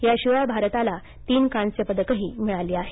याशिवाय भारताला तीन कांस्य पदकही मिळाली आहेत